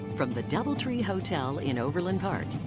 from the doubletree hotel in overland park,